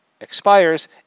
expires